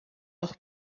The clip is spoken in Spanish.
los